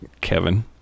Kevin